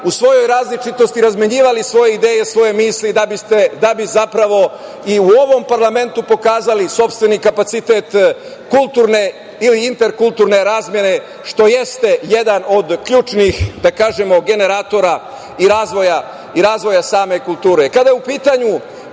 u svojoj različitosti razmenjivali svoje ideje, svoje misli, da bi i u ovom parlamentu pokazali sopstveni kapacitet kulturne ili interkulturne razmene, što jeste jedan od ključnih, da kažemo, generatora i razvoja same kulture. Kada